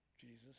Jesus